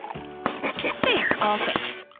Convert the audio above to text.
there, all fixed.